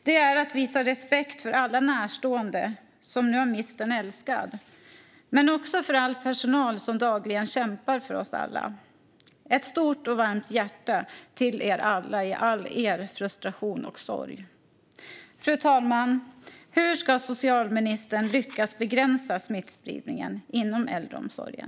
Det är att visa respekt för alla närstående som nu har mist en älskad men också för all personal som dagligen kämpar för oss alla - ett stort och varmt hjärta till er alla i all er frustration och sorg! Fru talman! Hur ska socialministern lyckas begränsa smittspridningen inom äldreomsorgen?